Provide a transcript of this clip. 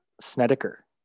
Snedeker